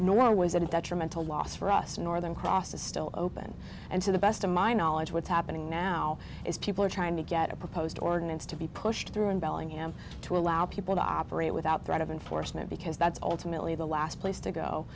nor was it detrimental loss for us northern cross is still open and to the best of my knowledge what's happening now is people are trying to get a proposed ordinance to be pushed through in bellingham to allow people to operate without threat of enforcement because that's ultimately the last place to go